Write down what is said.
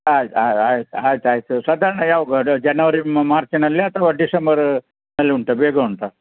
ಆಯ್ತು ಆಯ್ತ್ ಆಯ್ತು ಆಯಿತು ಸಾಧಾರ್ಣ ಯಾವಾಗ ಅದು ಜನವರಿ ಮಾರ್ಚಿನಲ್ಲಿಯ ಅಥವಾ ಡಿಸೆಂಬರ್ನಲ್ಲಿ ಉಂಟಾ ಬೇಗ ಉಂಟಾ